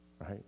Right